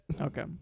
Okay